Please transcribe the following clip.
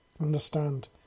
Understand